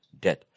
death